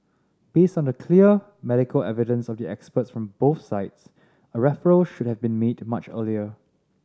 based on the clear medical evidence of the experts for both sides a referral should have been made much earlier